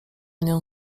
nią